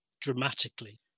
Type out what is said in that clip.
dramatically